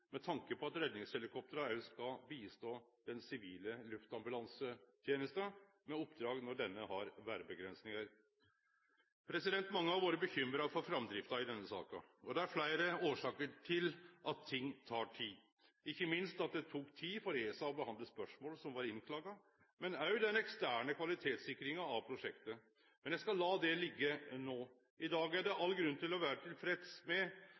med tanke på at redningshelikoptra også skal hjelpe den sivile luftambulansetenesta med oppdrag når denne har avgrensingar på grunn av vêret. Mange har vore bekymra for framdrifta i denne saka. Det er fleire årsaker til at ting tek tid – ikkje minst at det tok tid for ESA å behandle spørsmål som var innklaga, men også den eksterne kvalitetssikringa av prosjektet. Men eg skal la det liggje no. I dag er det all grunn til å vere tilfreds med